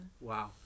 Wow